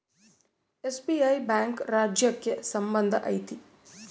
SBI bank ರಾಜ್ಯಕ್ಕೆ ಸಂಬಂಧ ಐತಿ